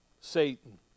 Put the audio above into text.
Satan